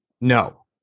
No